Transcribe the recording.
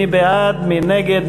מי בעד, מי נגד?